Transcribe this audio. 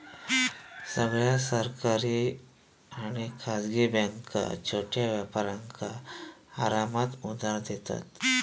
सगळ्या सरकारी आणि खासगी बॅन्का छोट्या व्यापारांका आरामात उधार देतत